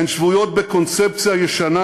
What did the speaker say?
הן שבויות בקונספציה ישנה,